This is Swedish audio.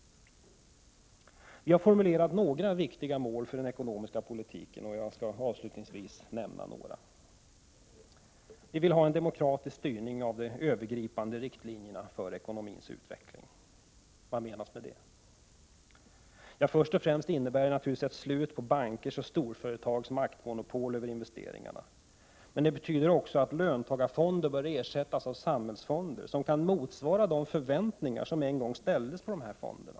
Vi har formulerat några viktiga mål för den ekonomiska politiken. Jag vill här nämna några: Vi vill ha en demokratisk styrning av de övergripande riktlinjerna för ekonomins utveckling. Vad menas med det? Först och främst innebär det ett slut på bankers och storföretags maktmonopol över investeringarna. Men det betyder också att löntagarfonderna bör ersättas av samhällsfonder som kan motsvara de förväntningar som en gång ställdes på dessa fonder.